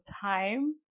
time